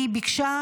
היא ביקשה,